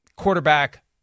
quarterback